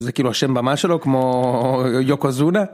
זה כאילו השם במה שלו כמו יוקוזונה.